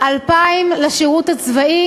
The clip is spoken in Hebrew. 2,000 לשירות הצבאי